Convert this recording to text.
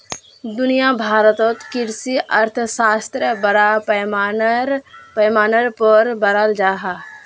दुनिया भारोत कृषि अर्थशाश्त्र बड़ा पैमानार पोर पढ़ाल जहा